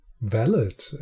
valid